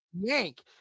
yank